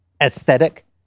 aesthetic